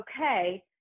okay